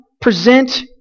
present